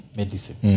medicine